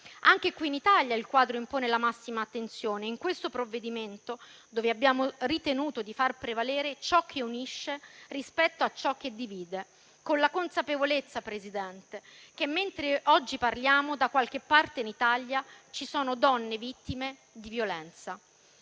Anche qui in Italia il quadro impone la massima attenzione. Con questo provvedimento abbiamo ritenuto di far prevalere ciò che unisce rispetto a ciò che divide, con la consapevolezza, signor Presidente, che, mentre oggi parliamo, da qualche parte in Italia ci sono donne vittime di violenza.